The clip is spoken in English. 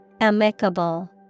Amicable